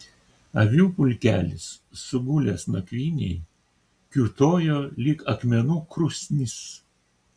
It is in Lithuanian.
avių pulkelis sugulęs nakvynei kiūtojo lyg akmenų krūsnis